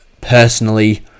personally